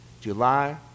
July